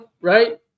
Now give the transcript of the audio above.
Right